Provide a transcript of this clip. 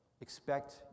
expect